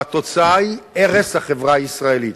והתוצאה היא: הרס החברה הישראלית.